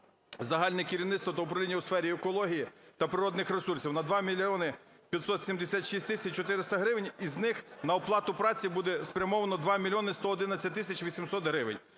"загальне керівництво та управління у сфері екології та природних ресурсів" на 2 мільйони 576 тисяч 400 гривень, із них на оплату праці буде спрямовано 2 мільйони 111 тисяч 800 гривень.